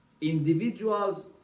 individuals